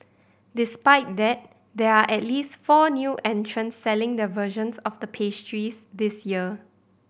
despite that there are at least four new entrants selling their versions of the pastries this year